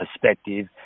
perspective